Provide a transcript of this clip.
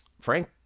Frank